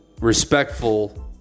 respectful